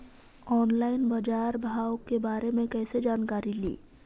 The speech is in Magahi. ऑनलाइन बाजार भाव के बारे मे कैसे जानकारी ली?